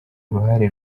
uruhare